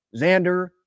Xander